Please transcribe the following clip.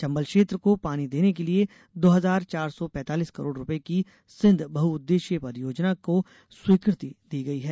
चंबल क्षेत्र को पानी देने के लिए दो हजार चार सौ पैतालीस करोड़ रुपये की सिंध बहउददेशीय परियोजना को स्वीकृति दी गई है